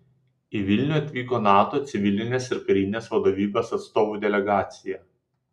į vilnių atvyko nato civilinės ir karinės vadovybės atstovų delegacija